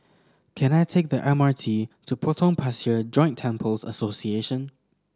can I take the M R T to Potong Pasir Joint Temples Association